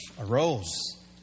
arose